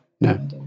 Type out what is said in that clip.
No